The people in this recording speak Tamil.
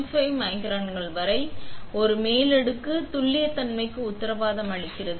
5 மைக்ரஸ்கள் வரை ஒரு மேலடுக்கு துல்லியத்தன்மைக்கு உத்தரவாதம் அளிக்கிறது